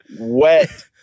Wet